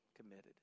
committed